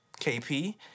KP